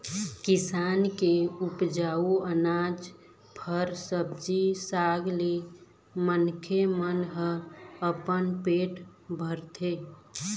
किसान के उपजाए अनाज, फर, सब्जी साग ले मनखे मन ह अपन पेट भरथे